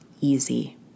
easy